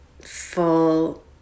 full